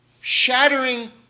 shattering